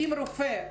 אם רופא,